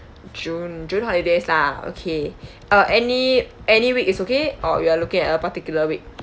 june june holidays lah okay uh any any week is okay or you are looking at a particular week